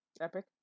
Epic